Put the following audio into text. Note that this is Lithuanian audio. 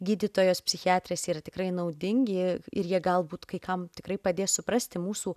gydytojos psichiatrės yra tikrai naudingi ir jie galbūt kai kam tikrai padės suprasti mūsų